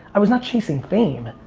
i was not chasing fame.